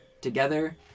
together